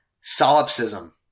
solipsism